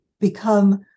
become